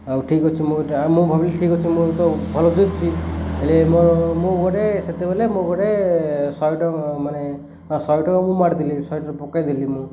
ଆଉ ଠିକ୍ ଅଛି ମୁଁ ମୁଁ ଭାବିଲି ଠିକ୍ ଅଛି ମୁଁ ଏ ତ ଭଲ ଦେଉଛି ହେ ମୋ ମୁଁ ଗୋଟେ ସେତେବେଳେ ମୁଁ ଗୋଟେ ଶହେ ଟଙ୍କା ମାନେ ହଁ ଶହେ ଟଙ୍କା ମୁଁ ମାଡ଼ିଥିଲି ଶହେ'ଟାରୁ ପକେଇଦେଲି ମୁଁ